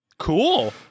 Cool